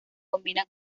combina